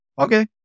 Okay